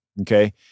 Okay